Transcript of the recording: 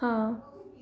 ਹਾਂ